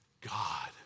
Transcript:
God